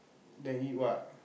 then eat what